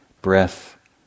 breath